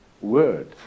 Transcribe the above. word